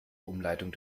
umleitung